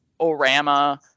orama